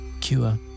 cure